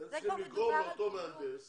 אתם צריכים לגרום לאותו מהנדס